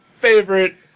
favorite